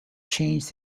changed